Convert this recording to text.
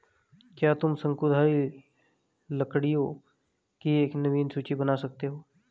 क्या तुम शंकुधारी लकड़ियों की एक नवीन सूची बना सकते हो?